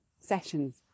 sessions